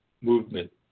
movement